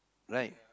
right